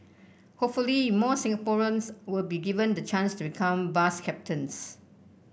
hopefully more Singaporeans will be given the chance to become bus captains